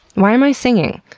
why am i singing?